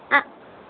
ஆ